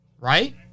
right